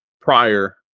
prior